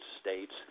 states